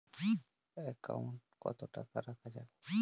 Account কত টাকা রাখা যাবে?